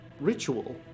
ritual